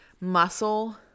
muscle